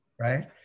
Right